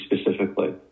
specifically